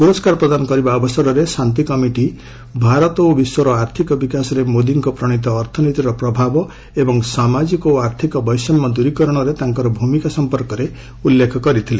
ପୁରସ୍କାର ପ୍ରଦାନ କରିବା ଅବସରରେ ଶାନ୍ତି କମିଟି ଭାରତ ଓ ବିଶ୍ୱର ଆର୍ଥକ ବିକାଶରେ ମୋଦିଙ୍କ ପ୍ରଣୀତ ଅର୍ଥନୀତିର ପ୍ରଭାବ ଏବଂ ସାମାଜିକ ଓ ଆର୍ଥିକ ବୈଷମ୍ୟ ଦୂରୀକରଣରେ ତାଙ୍କର ଭୂମିକା ସମ୍ପର୍କରେ ଉଲ୍ଲେଖ କରିଥିଲେ